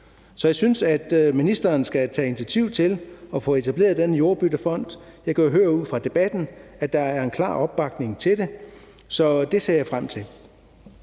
Så jeg synes, at ministeren skal tage initiativ til at få etableret den jordbyttefond. Jeg kan jo høre af debatten, at der er en klar opbakning til det. Så det ser jeg frem til.